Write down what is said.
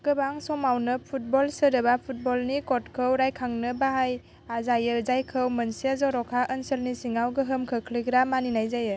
गोबां समावनो 'फुटबल' सोदोबा फुटबलनि क'डखौ रायखांनो बाहायजायो जायखौ मोनसे जर'खा ओनसोलनि सिङाव गोहोम खोख्लैग्रा मानिनाय जायो